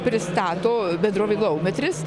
pristato bendrovė laumetris